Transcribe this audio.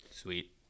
Sweet